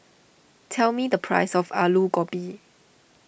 tell me the price of Aloo Gobi